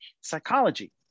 psychology